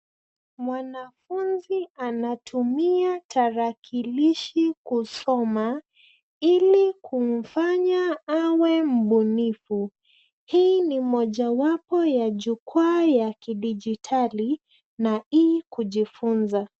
Mwanafunzi anatumia tarakilishi kusoma ili kumfanya awe mbunifu. Hii ni mojawapo ya jukwaa ya kidijitali na E-kujifunza.